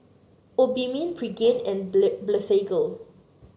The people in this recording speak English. Obimin Pregain and Blephagel